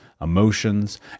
emotions